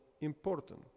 important